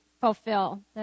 fulfill